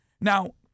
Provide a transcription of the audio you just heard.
Now